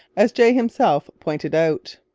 as jay himself pointed out.